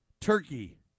Turkey